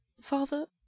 Father